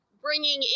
bringing